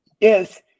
yes